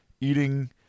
eating